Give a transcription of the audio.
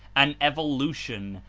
an evolution,